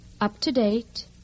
up-to-date